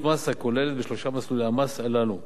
מס הכוללת בשלושה מסלולי המס הללו.